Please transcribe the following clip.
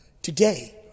Today